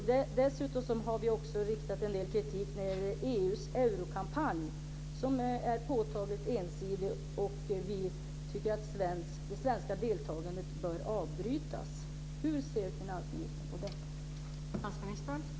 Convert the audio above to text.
Dessutom har vi riktat kritik mot EU:s eurokampanj, som är påtagligt ensidig. Vi tycker att det svenska deltagandet bör avbrytas. Hur ser finansministern på det?